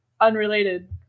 unrelated